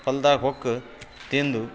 ಹೊಲ್ದಾಗ ಹೊಕ್ಕು ತಿಂದು